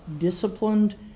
disciplined